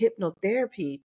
hypnotherapy